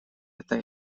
это